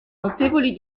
notevoli